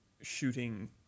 shooting